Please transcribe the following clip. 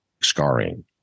scarring